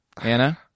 anna